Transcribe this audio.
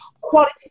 quality